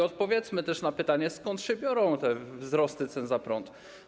Odpowiedzmy też na pytanie, skąd się biorą te wzrosty cen za prąd.